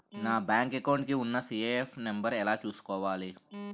నా bank account కి ఉన్న సి.ఐ.ఎఫ్ నంబర్ ఎలా చూసుకోవాలి?